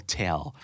tell